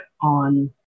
on